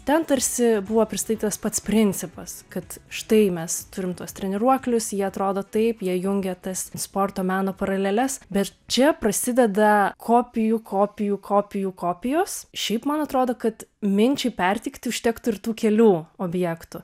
ten tarsi buvo pristatytas pats principas kad štai mes turim tuos treniruoklius jie atrodo taip jie jungia tas sporto meno paraleles bet čia prasideda kopijų kopijų kopijų kopijos šiaip man atrodo kad minčiai perteikti užtektų ir tų kelių objektų